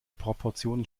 proportionen